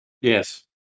Yes